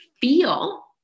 feel